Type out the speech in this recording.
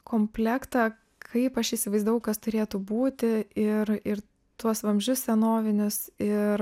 komplektą kaip aš įsivaizdavau kas turėtų būti ir ir tuos vamzdžius senovinius ir